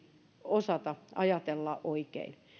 osata ajatella oikein